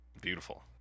beautiful